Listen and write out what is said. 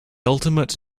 ultimate